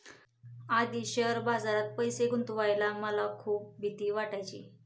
आधी शेअर बाजारात पैसे गुंतवायला मला खूप भीती वाटायची